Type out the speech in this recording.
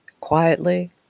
quietly